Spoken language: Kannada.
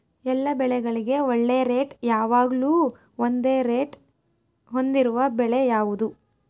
ಎಲ್ಲ ಬೆಳೆಗಳಿಗೆ ಒಳ್ಳೆ ರೇಟ್ ಯಾವಾಗ್ಲೂ ಒಂದೇ ರೇಟ್ ಹೊಂದಿರುವ ಬೆಳೆ ಯಾವುದು?